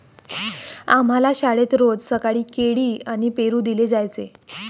आम्हाला शाळेत रोज सकाळी केळी आणि पेरू दिले जायचे